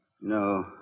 No